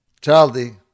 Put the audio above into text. Charlie